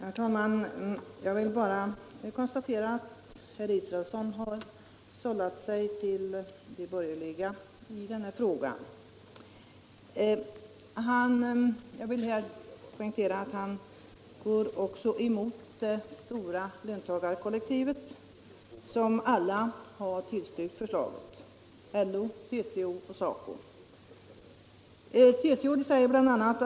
Herr talman! Jag vill bara konstatera att herr Israelsson har sällat sig till de borgerliga i den här frågan. Jag vill poängtera att han också går emot det stora löntagarkollektivet, dvs. LO, TCO och SACO, som alla har tillstyrkt förslagen.